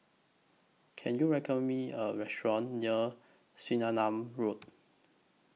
Can YOU recommend Me A Restaurant near Swettenham Road